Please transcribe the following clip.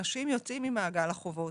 אנשים יוצאים ממעגל החובות.